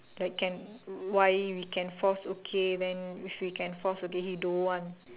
like can why we can force okay and if we can force okay he don't want